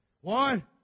One